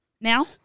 now